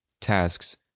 tasks